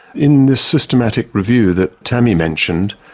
in this systematic review that tammy mentioned,